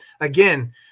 again